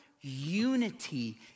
unity